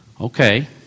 Okay